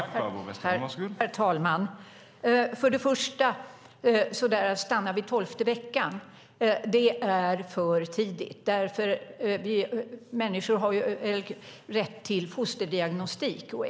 Herr talman! Först och främst är det för tidigt att stanna vid tolfte veckan. Människor har ju rätt till fosterdiagnostik.